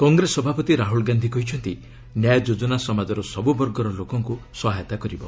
କଂଗ୍ରେସ ସଭାପତି ରାହୁଲ ଗାନ୍ଧି କହିଛନ୍ତି ନ୍ୟାୟ ଯୋଜନା ସମାଜର ସବ୍ର ବର୍ଗର ଲୋକଙ୍କ ସହାୟତା କରିବ